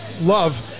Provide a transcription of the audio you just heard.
love